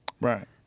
Right